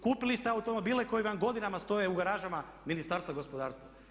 Kupili ste automobile koji vam godinama stoje u garažama Ministarstva gospodarstva.